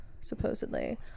supposedly